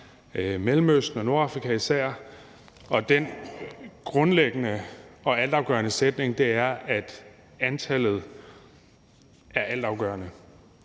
Mellemøsten og Nordafrika. Og den grundlæggende og altafgørende sætning er, at antallet er altafgørende.